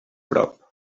prop